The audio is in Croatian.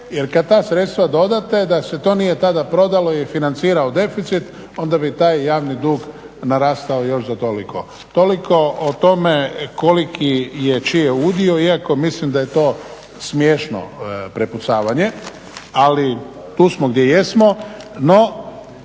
jer kada ta sredstva dodate da se to tada nije prodalo i financirao deficit onda bi taj javni dug narastao još za toliko. Toliko o tome koliki je čiji udio iako mislim da je to smiješno prepucavanje, ali tu smo gdje jesmo. No